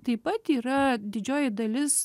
taip pat yra didžioji dalis